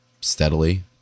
steadily